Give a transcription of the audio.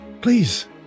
please